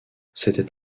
c’était